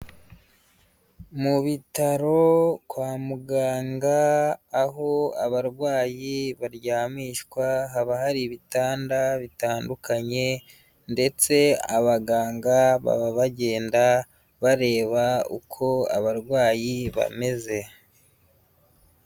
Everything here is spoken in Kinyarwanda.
Mu bitaro kwa muganga, aho abarwayi baryamishwa, haba hari ibitanda bitandukanye, ndetse abaganga baba bagenda bareba uko abarwayi bameze.